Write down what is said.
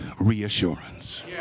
reassurance